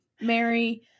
Mary